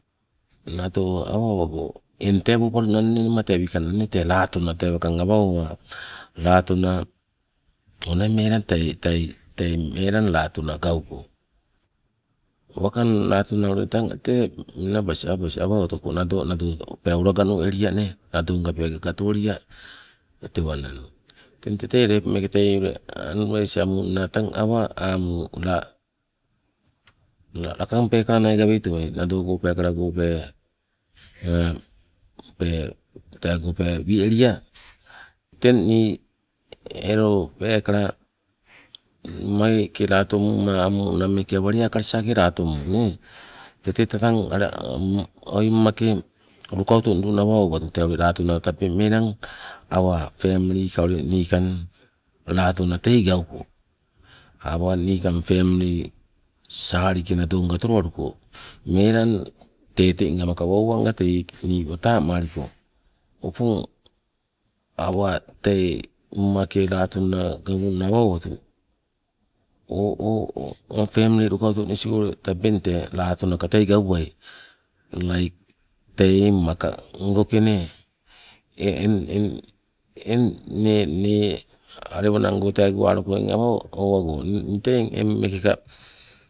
Nado awa owago eng tee woopalunang lema tee winkanna latona tee awa owa latona onai melang tei, tei melang latona gauko. Wakang latona ule tang tee menabas apas awa otoko nado pee olowa ganolia nee, nadonga pee gatolia tewananing teng tete lepo advice amungna tee tang awa amu la lakang nai pekala gaweitowai nadogo peekala go pee teego pee wi'elia. Teng nii elo peekala ummai ke latomuma amungna meeke awa lea kalesake latomu nee, teteka tang oi ummmai ke lukautondunang awa owatu latona tabeng melang, awa family ka ule niikang latona tei gauko, awa niikang family salike nadonga otolowaluko, melang tetenga maka wauwanga tei nii wataa maliko opong awa tei ummake latona gawungna awa owatu o family lukauto nisigo tabeng tee latonaka tei gauwai, like tei maka ungoke nee, eng inne alewanango teego aloko eng awa owago ni tee eng meekeka.